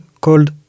called